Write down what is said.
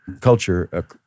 culture